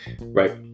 Right